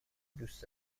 دوست